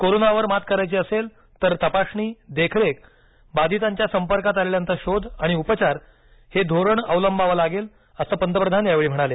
कोरोनावर मात करायची असेल तर तपासणी देखरेख बाधितांच्या संपर्कात आलेल्यांचा शोध आणि उपचार हे धोरण अवलंबावं लागेल असं पंतप्रधान यावेळी म्हणाले